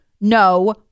No